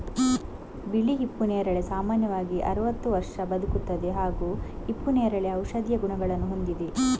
ಬಿಳಿ ಹಿಪ್ಪು ನೇರಳೆ ಸಾಮಾನ್ಯವಾಗಿ ಅರವತ್ತು ವರ್ಷ ಬದುಕುತ್ತದೆ ಹಾಗೂ ಹಿಪ್ಪುನೇರಳೆ ಔಷಧೀಯ ಗುಣಗಳನ್ನು ಹೊಂದಿದೆ